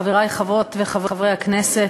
חברי חברות וחברי הכנסת,